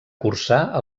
cursar